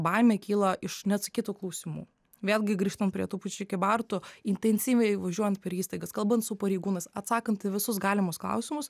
baimė kyla iš neatsakytų klausimų vėlgi grįžtant prie tų pačių kybartų intensyviai važiuojant per įstaigas kalbant su pareigūnas atsakant į visus galimus klausimus